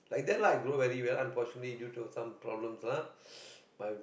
like that lah I grow very well unfortunately due to some problems lah my